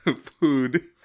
Food